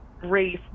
race